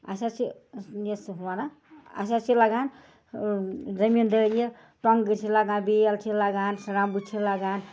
اَسہِ حظ چھِ یَس وَنا اَسہِ حظ چھِ لگان زٔمیٖندٲریہِ ٹۄنگٕر چھِ لَگان بیل چھِ لَگان سرٛمبہٕ چھِ لگان